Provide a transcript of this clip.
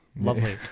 Lovely